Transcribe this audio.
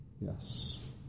Yes